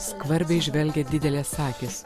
skvarbiai žvelgia didelės akys